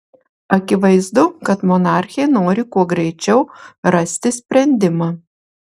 akivaizdu kad monarchė nori kuo greičiau rasti sprendimą